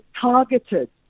targeted